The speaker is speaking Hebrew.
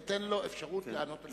אתן לו אפשרות לענות על השאלות,